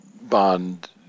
bond